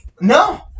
No